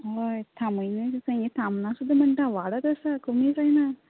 हय थांबयल्यार जाता हें थांबना सुद्दां म्हणटा वाडत आसा कमी जायना